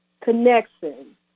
connection